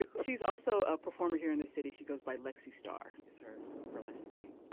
she's also a performer here in the city. she goes by lexi starr is her burlesque name